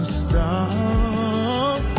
stop